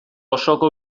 osoko